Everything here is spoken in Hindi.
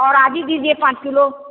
और दीजिए पाँच किलो